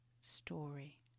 story